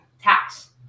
tax